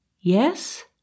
Yes